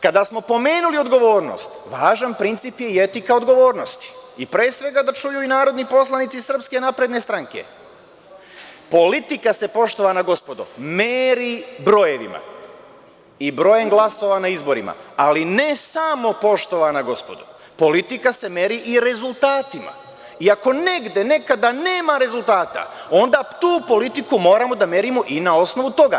Kada smo spomenuli odgovornost, važan princip je i etika odgovornosti i pre svega da čuju i narodni poslanici SNS, politika se, poštovana gospodo, meri brojevima i brojem glasova na izborima, ali ne samo, poštovana gospodo, politika se meri i rezultatima i ako negde nekada nema rezultata, onda tu politiku moramo da merimo i na osnovu toga.